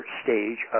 stage